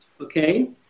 okay